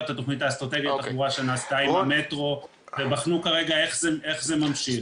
התכנית האסטרטגית לתחבורה שנעשתה עם המטרו ובחנו איך זה ממשיך.